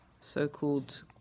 so-called